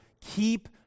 Keep